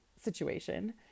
situation